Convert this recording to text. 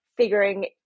figuring